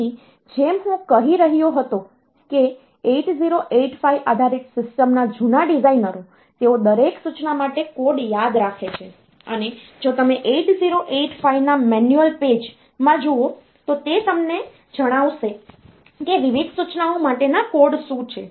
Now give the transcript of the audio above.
તેથી જેમ હું કહી રહ્યો હતો કે 8085 આધારિત સિસ્ટમના જૂના ડિઝાઇનરો તેઓ દરેક સૂચના માટે કોડ યાદ રાખે છે અને જો તમે 8085 ના મેન્યુઅલ પેજ માં જુઓ તો તે તમને જણાવશે કે વિવિધ સૂચનાઓ માટેના કોડ શું છે